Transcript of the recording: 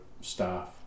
staff